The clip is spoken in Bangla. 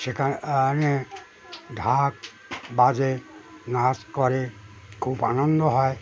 সেখানে ঢাক বাজে নাচ করে খুব আনন্দ হয়